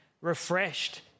refreshed